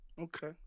Okay